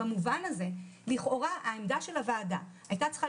במובן הזה לכאורה העמדה של הוועדה הייתה צריכה